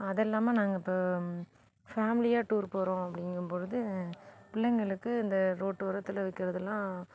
அது இல்லாமல் நாங்கள் இப்போ ஃபாமிலியாக டூர் போகறோம் அப்படிங்கம்பொழுது பிள்ளைங்களுக்கு இந்த ரோட்டோரத்தில் விற்கிருக்கறதலாம்